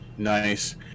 nice